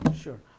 Sure